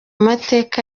mateka